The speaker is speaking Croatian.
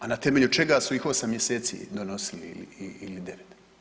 A na temelju čega su ih 8 mjeseci donosili ili 9?